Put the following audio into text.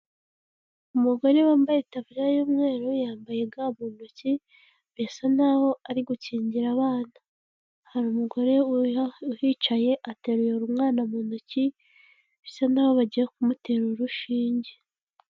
Umugore wambaye itaburiya y'umweru, yambaye ga mu ntoki, birasa nkaho ari gukingira abana. Hari umugore uhicaye ateruye umwana mu ntoki, bisa nkaho bagiye kumutera urushinge.